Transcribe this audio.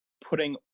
putting